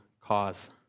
cause